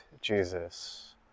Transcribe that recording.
Jesus